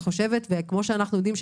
כמו שאנחנו יודעים,